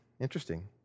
interesting